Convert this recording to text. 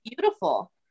beautiful